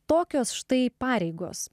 tokios štai pareigos